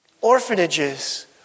orphanages